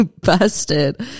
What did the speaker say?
busted